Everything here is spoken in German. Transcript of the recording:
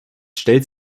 stellt